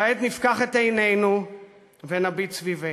כעת, נפקח את עינינו ונביט סביבנו: